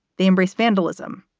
they embrace vandalism,